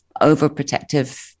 overprotective